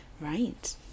Right